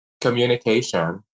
Communication